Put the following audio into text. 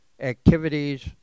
activities